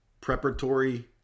preparatory